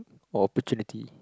or opportunity